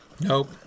Nope